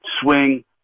swing